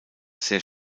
sehr